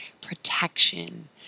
protection